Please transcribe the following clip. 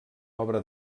obra